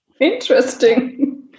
Interesting